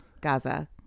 gaza